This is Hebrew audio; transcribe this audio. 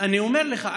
אני אומר לך,